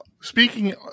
speaking